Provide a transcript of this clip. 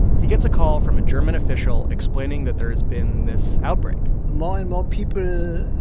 he gets a call from a german official explaining that there has been this outbreak more and more people